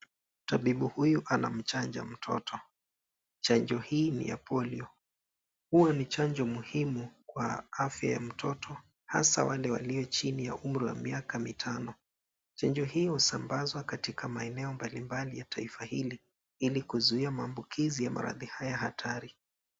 Tabibu huyu anamchaja mtoto. Chanjo hii ni ya polio. Huwa ni chanjo muhimu kwa afya ya mtoto hasa wale walio chini ya umri wa miaka mitano. Chanjo hiyo husambazwa katika maeneo mbalimbali ya taifa hili, ili kuzuia maambukizi ya maradhi haya hatari.